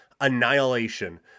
annihilation